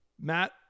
Matt